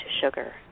sugar